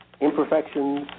Imperfections